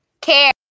care